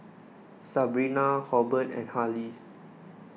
Sabrina Hobert and Harley